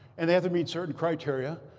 and they have to meet certain criteria.